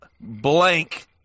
Blank